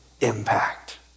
impact